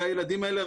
והילדים האלה,